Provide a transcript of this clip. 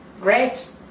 Great